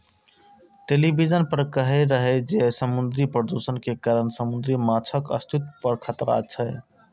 television पर कहै रहै जे समुद्री प्रदूषण के कारण समुद्री माछक अस्तित्व पर खतरा छै